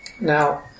Now